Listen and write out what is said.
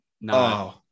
No